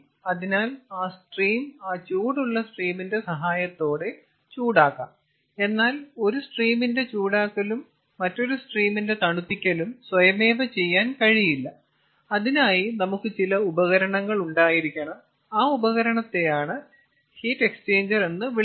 അതിനാൽ ആ സ്ട്രീം ആ ചൂടുള്ള സ്ട്രീമിന്റെ സഹായത്തോടെ ചൂടാക്കാം എന്നാൽ ഒരു സ്ട്രീമിന്റെ ചൂടാക്കലും മറ്റൊരു സ്ട്രീമിന്റെ തണുപ്പിക്കലും സ്വയമേവ ചെയ്യാൻ കഴിയില്ല അതിനായി നമുക്ക് ചില ഉപകരണങ്ങൾ ഉണ്ടായിരിക്കണം ആ ഉപകരണത്തെ ഹീറ്റ് എക്സ്ചേഞ്ചർ എന്ന് വിളിക്കുന്നു